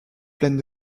pleine